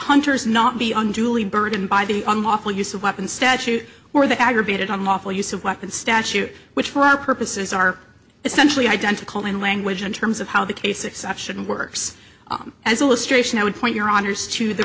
hunters not be unduly burdened by the unlawful use of weapons statute or the aggravated unlawful use of weapons statute which for our purposes are essentially identical in language in terms of how the case exception works as illustration i would point your honour's to the